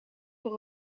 voor